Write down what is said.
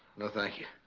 no. thank you